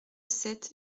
sept